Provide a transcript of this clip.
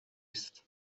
است